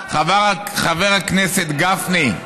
חבר הכנסת גפני,